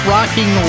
Rocking